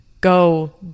Go